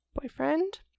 boyfriend